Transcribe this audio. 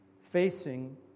facing